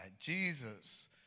Jesus